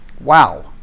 Wow